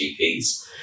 GPs